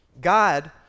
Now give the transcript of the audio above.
God